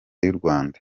y’urwanda